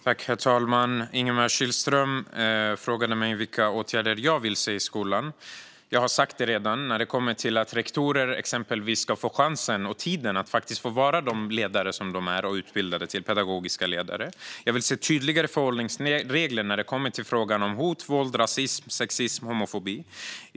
Herr talman! Ingemar Kihlström frågade mig vilka åtgärder jag vill se i skolan. Jag har sagt det redan, exempelvis när det kommer till att rektorer ska få chansen och tiden att få vara de pedagogiska ledare som de är utbildade till att vara. Jag vill se tydligare förhållningsregler när det gäller frågan om hot, våld, rasism, sexism och homofobi.